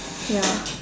ya